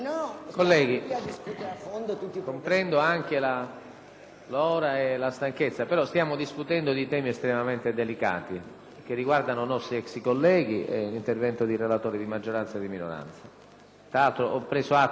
l'ora e la stanchezza, però stiamo discutendo di temi estremamente delicati, che riguardano nostri ex colleghi, e seguendo gli interventi di relatori di maggioranza e di minoranza. Tra l'altro, ho preso atto che questa mattina c'è stato un ampio dibattito su argomenti che